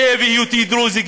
גאה בהיותי דרוזי,